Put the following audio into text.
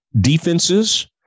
defenses